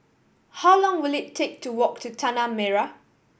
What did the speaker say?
how long will it take to walk to Tanah Merah